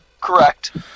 Correct